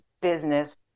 business